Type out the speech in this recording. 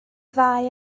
ddau